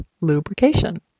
lubrication